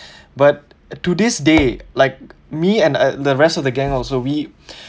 but to this day like me and the rest of the gang also we